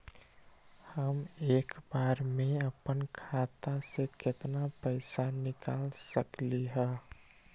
हम एक बार में अपना खाता से केतना पैसा निकाल सकली ह?